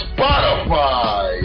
Spotify